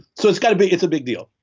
so it's got to be, it's a big deal.